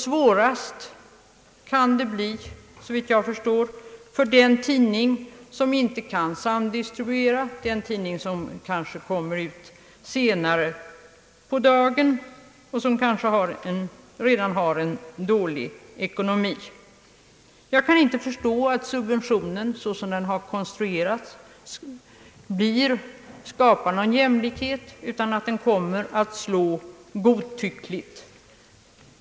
Svårast kan det bli såvitt jag förstår för den tidning som inte kan samdistribueras, som kanske kommer ut senare på dagen och som kanske redan har en dålig ekonomi. Jag kan inte förstå att subventionen — såsom den har konstruerats — skapar någon jämlikhet. Snarare kommer den att slå godtyckligt.